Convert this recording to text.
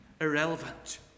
irrelevant